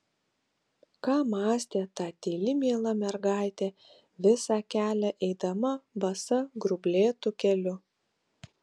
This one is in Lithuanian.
ką mąstė ta tyli miela mergaitė visą kelią eidama basa grublėtu keliu